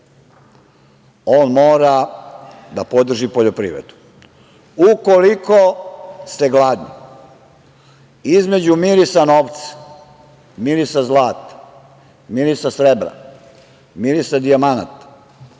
on mora da podrži poljoprivredu. Ukoliko ste gladni između mirisa novca, mirisa zlata, mirisa srebra, mirisa dijamanata